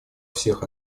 всех